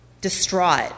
distraught